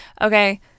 Okay